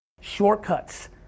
shortcuts